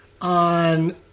on